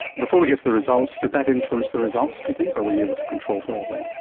before we get to the results, did that influence the results, do you think, or were you able to control for all that?